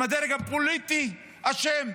האם הדרג הפוליטי אשם?